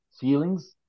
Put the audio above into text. feelings